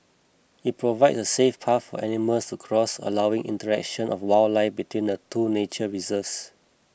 it provides a safe path for animals to cross allowing interaction of wildlife between the two nature reserves